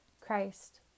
Christ